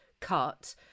cut